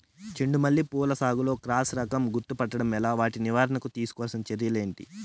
చెండు మల్లి పూల సాగులో క్రాస్ రకం గుర్తుపట్టడం ఎలా? వాటి నివారణకు తీసుకోవాల్సిన చర్యలు ఏంటి?